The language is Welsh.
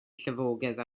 llifogydd